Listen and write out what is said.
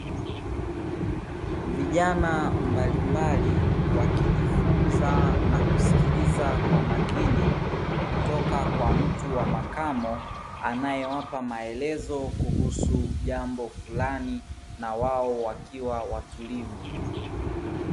Vijana mbalimbali wakijifunza na kusikiliza kwa makini kutoka kwa mtu wa makamo, anayewapa maelezo kuhusu jambo flani na wao wakiwa watulivu.